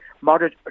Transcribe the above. moderate